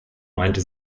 meinte